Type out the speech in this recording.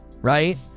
Right